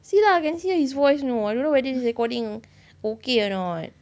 see lah can hear his voice you know I don't know whether this recording okay or not